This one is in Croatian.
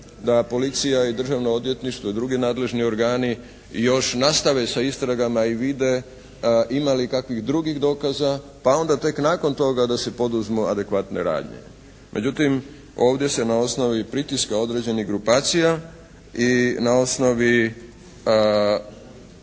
da policija i Državno odvjetništvo i drugi nadležni organi još nastave sa istragama i vide ima li kakvih drugih dokaza, pa onda tek nakon toga da se poduzmu adekvatne radnje. Međutim, ovdje se na osnovi pritiska određenih grupacija i na osnovi